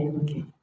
okay